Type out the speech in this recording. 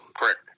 Correct